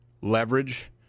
leverage